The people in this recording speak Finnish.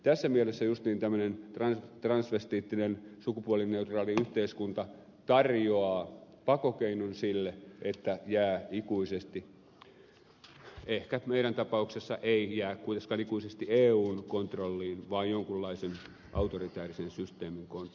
tässä mielessä justiin tämmöinen transvestiittinen sukupuolineutraaliyhteiskunta tarjoaa pakokeinon sille että jää ikuisesti ehkä meidän tapauksessamme ei jää kuitenkaan ikuisesti eun kontrolliin vaan jonkunlaisen autoritaarisen systeemin kontrolliin